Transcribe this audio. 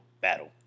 battle